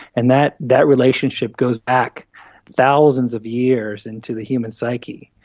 and that that relationship goes back thousands of years into the human psyche.